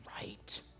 right